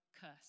curse